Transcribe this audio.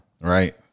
Right